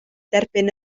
derbyn